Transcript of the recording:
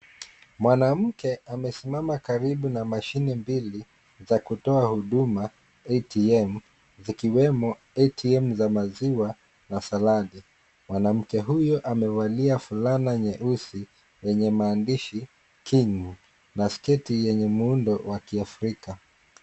Mwanamke amesimama karibu na mashine mbili za kutoa huduma ATM, zikiwemo ATM ya maziwa na saladi. Mwanamke huyo amevalia fulana nyeusi yenye maandishi KING na sketi yenye muundo wa kiafrika.